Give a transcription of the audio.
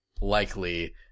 likely